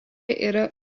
yra